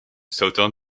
southern